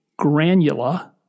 Granula